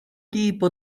tipo